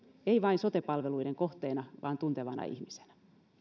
ei vain sote palveluiden kohteena vaan tuntevana ihmisenä